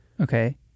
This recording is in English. Okay